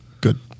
good